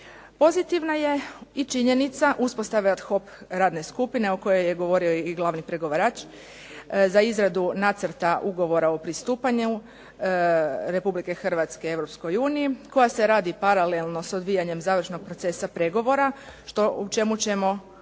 Pozitivna je i činjenica uspostave ad hoc radne skupine o kojoj je govorio i glavni pregovarač za izradu nacrta Ugovora o pristupanju Republike Hrvatske EU koja se radi paralelno s odvijanjem završnog procesa pregovara u čemu ćemo uštedjeti